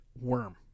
worm